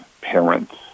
parents